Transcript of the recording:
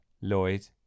Lloyd